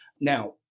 Now